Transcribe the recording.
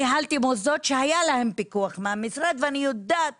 ניהלתי מוסדות שהיה להם פיקוח מהמשרד ואני יודעת